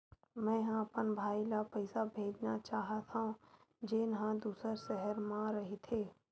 मेंहा अपन भाई ला पइसा भेजना चाहत हव, जेन हा दूसर शहर मा रहिथे